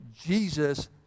Jesus